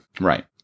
Right